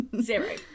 Zero